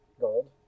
Gold